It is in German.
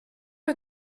mit